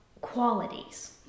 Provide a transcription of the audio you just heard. qualities